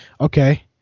okay